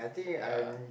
ya